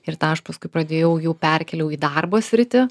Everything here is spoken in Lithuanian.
ir tą aš paskui pradėjau jau perkėliau į darbo sritį